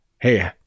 Hey